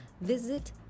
visit